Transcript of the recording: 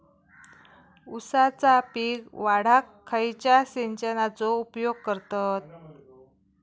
ऊसाचा पीक वाढाक खयच्या सिंचनाचो उपयोग करतत?